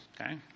Okay